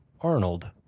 Arnold